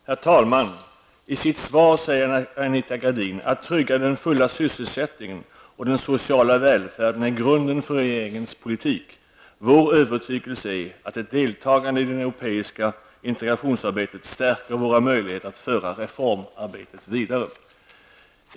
Herr talman! I sitt svar säger Anita Gradin: ''Att trygga den fulla sysselsättningen och den sociala välfärden är grunden för regeringens politik. Vår övertygelse är, att ett deltagande i det europeiska integrationsarbetet stärker våra möjligheter att föra reformarbetet vidare.''